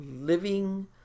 living